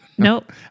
Nope